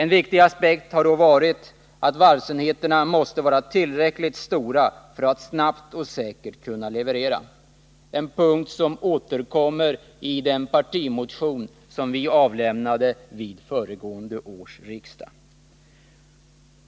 En viktig aspekt har då varit att varvsenheterna måste vara tillräckligt stora för att snabbt och säkert kunna leverera — en aspekt som återkommer i den partimotion vi avlämnade vid föregående års riksmöte.